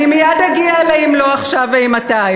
אני מייד אגיע ל"אם לא עכשיו אימתי".